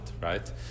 right